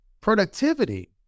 Productivity